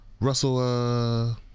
Russell